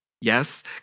Yes